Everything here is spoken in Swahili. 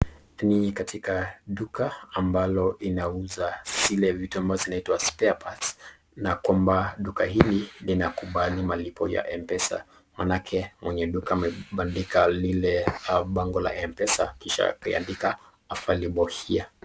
Ni katika duka ambalo linauza vile vitu ambazo zinaitwa spare parts na kwamba duka hili linakubali malipo ya M-pesa . Maanake mwenye duka amebandika lile bango la M-pesa kisha akaandika available here .